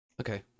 Okay